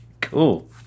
Cool